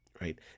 right